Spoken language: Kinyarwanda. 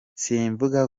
simvuga